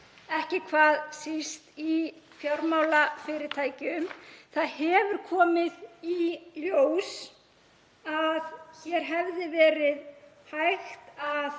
ekki hvað síst í fjármálafyrirtækjum. Það hefur komið í ljós að hér hefði verið hægt að